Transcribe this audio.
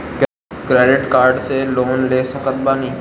Credit card से loan ले सकत बानी?